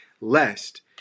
lest